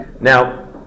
Now